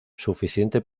suficiente